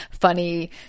funny